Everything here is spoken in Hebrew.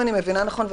אם אני מבינה נכון,